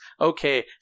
Okay